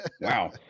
Wow